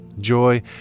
joy